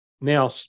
Now